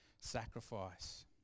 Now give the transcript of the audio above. sacrifice